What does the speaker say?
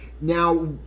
Now